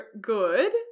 good